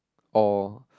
or